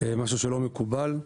משהו שלא מקובל.